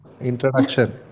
Introduction